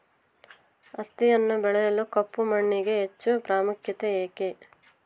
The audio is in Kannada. ಹತ್ತಿಯನ್ನು ಬೆಳೆಯಲು ಕಪ್ಪು ಮಣ್ಣಿಗೆ ಹೆಚ್ಚು ಪ್ರಾಮುಖ್ಯತೆ ಏಕೆ?